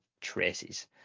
traces